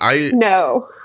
No